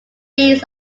beads